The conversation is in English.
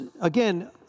again